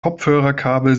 kopfhörerkabel